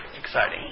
exciting